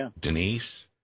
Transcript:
Denise